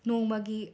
ꯅꯣꯡꯃꯒꯤ